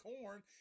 corn